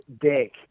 dick